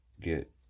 get